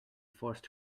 forced